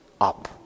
up